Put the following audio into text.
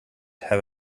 have